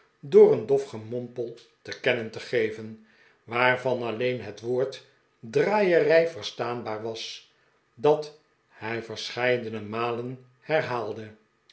door een dof gemompel te kennen te geven waarvan alleen het woord draaierij verstaanbaar was dat hij verscheidene malen